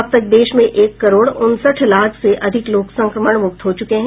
अब तक देश में एक करोड़ उनसठ लाख से अधिक लोग संक्रमणमुक्त हो चुके हैं